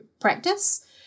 practice